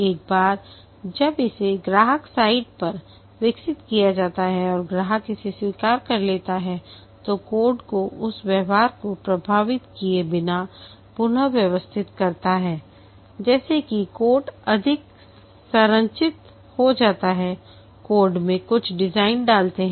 एक बार जब इसे ग्राहक साइट पर विकसित किया जाता है और ग्राहक इसे स्वीकार कर लेता है तो कोड को उस व्यवहार को प्रभावित किए बिना पुन व्यवस्थित करता है जैसे कि कोड अधिक संरचित हो जाता है कोड में कुछ डिज़ाइन डालते हैं